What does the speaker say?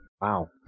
Wow